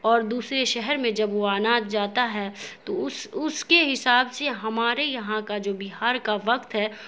اور دوسرے شہر میں جب وہ اناج جاتا ہے تو اس اس کے حساب سے ہمارے یہاں کا جو بہار کا وقت ہے